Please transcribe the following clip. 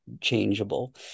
changeable